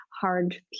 hard